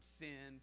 sin